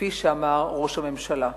כפי שאמר ראש הממשלה.